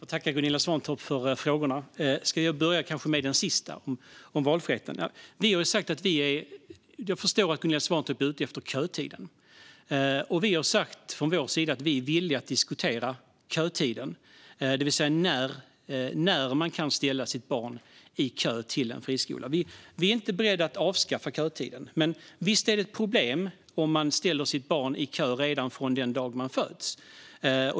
Fru talman! Jag får tacka Gunilla Svantorp för frågorna. Jag kanske ska börja med den sista, om valfriheten. Jag förstår att Gunilla Svantorp är ute efter kötiden. Vi har från vår sida sagt att vi är villiga att diskutera kötiden, det vill säga när man kan ställa sitt barn i kö till en friskola. Vi är inte beredda att avskaffa kötiden, men visst är det ett problem om man ställer sitt barn i kö redan den dag det föds.